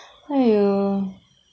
!haiyo!